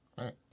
Right